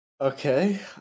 Okay